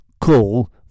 call